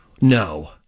no